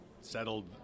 settled